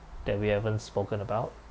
that we haven't spoken about